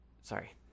sorry